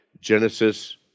Genesis